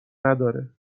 نداره